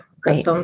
Great